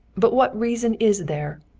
but what reason is there?